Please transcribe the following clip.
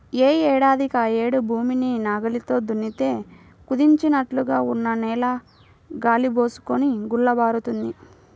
యే ఏడాదికాయేడు భూమిని నాగల్లతో దున్నితే కుదించినట్లుగా ఉన్న నేల గాలి బోసుకొని గుల్లబారుతుంది